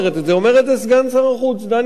אומר את זה סגן שר החוץ דני אילון,